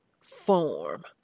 form